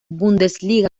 bundesliga